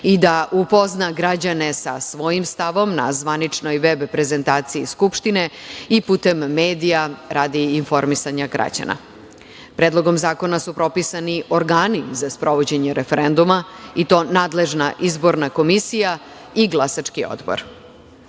i da upozna građane sa svojim stavom na zvaničnoj veb prezentaciji Skupštine i putem medija radi informisanja građana. Predlogom zakona su propisani organi za sprovođenje referenduma, i to nadležna izborna komisija i glasački